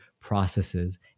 processes